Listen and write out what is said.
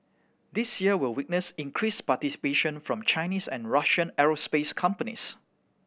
this year will witness increased participation from Chinese and Russian aerospace companies